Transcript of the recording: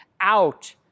out